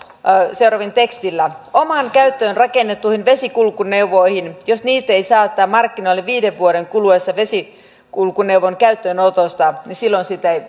huomioitiin seuraavalla tekstillä erityisesti että omaan käyttöön rakennettuihin vesikulkuneuvoihin jos niitä ei saateta markkinoille viiden vuoden kuluessa vesikulkuneuvon käyttöönotosta silloin sitä ei